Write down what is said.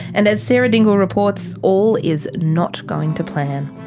and, as sarah dingle reports, all is not going to plan.